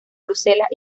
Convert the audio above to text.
bruselas